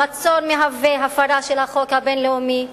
המצור מהווה הפרה של החוק הבין-לאומי,